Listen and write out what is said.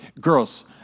girls